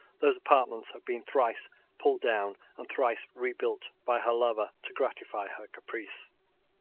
those apartments had been thrice pulled down and thrice rebuilt by her lover to gratify her caprice.